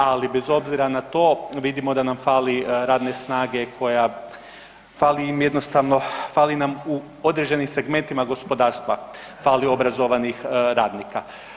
Ali bez obzira na to, vidim da nam fali radne snage koja, fali nam jednostavno, fali u određenim segmentima gospodarstva, fali obrazovanih radnika.